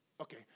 Okay